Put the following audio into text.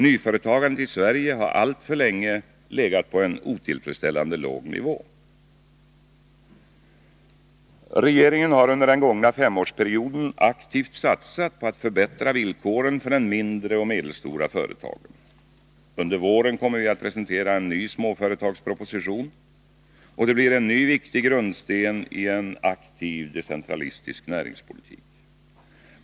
Nyföretagandet i Sverige har alltför länge legat på en otillfredsställande låg nivå. Regeringen har under den gångna femårsperioden aktivt satsat på att förbättra villkoren för de mindre och medelstora företagen. Under våren kommer vi att presentera en ny småföretagsproposition. Det blir en ny viktig grundsten i en aktiv decentralistisk näringspolitik.